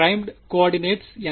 பிறைமுட் coordinates